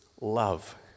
love